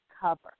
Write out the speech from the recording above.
cover